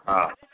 हा